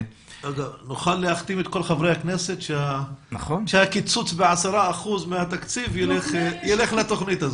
נוכל להחתים את כל חברי הכנסת שהקיצוץ ב-10% מהתקציב ילך לתוכנית הזו.